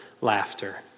laughter